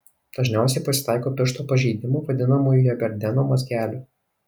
dažniausiai pasitaiko piršto pažeidimų vadinamųjų heberdeno mazgelių